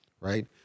right